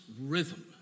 rhythm